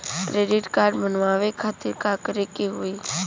Credit card बनवावे खातिर का करे के होई?